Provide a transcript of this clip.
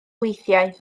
weithiau